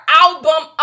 album